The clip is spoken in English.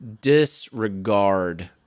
disregard